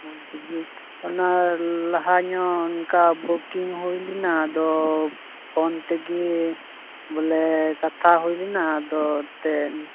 ᱢᱚᱡᱽᱜᱮ ᱚᱱᱟ ᱞᱟᱦᱟᱧᱚᱜ ᱚᱱᱠᱟ ᱵᱩᱠᱤᱝ ᱦᱩᱭᱞᱮᱱᱟ ᱟᱫᱚ ᱯᱷᱳᱱ ᱛᱮᱜᱮ ᱵᱚᱞᱮ ᱠᱟᱛᱷᱟ ᱦᱩᱭᱞᱮᱱᱟ ᱟᱫᱚ ᱮᱱᱛᱮᱫ